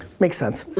makes sense.